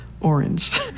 orange